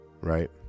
right